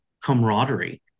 camaraderie